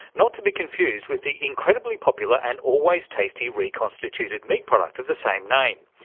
not to be confused with the incredibly popular and always tasty reconstituted meat product of the same name.